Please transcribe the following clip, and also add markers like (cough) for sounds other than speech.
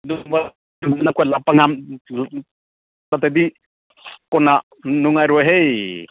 (unintelligible) ꯅꯠꯇ꯭ꯔꯗꯤ ꯀꯣꯟꯅ ꯅꯨꯡꯉꯥꯏꯔꯣꯏꯍꯦ